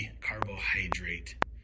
carbohydrate